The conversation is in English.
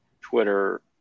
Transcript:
Twitter